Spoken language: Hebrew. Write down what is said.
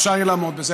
אפשר יהיה לעמוד בזה.